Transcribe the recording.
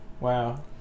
Wow